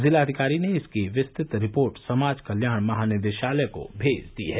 जिलाधिकारी ने इसकी विस्तृत रिपोर्ट समाज कल्याण महानिदेशालय को मेज दी है